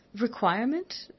requirement